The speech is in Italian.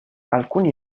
alcuni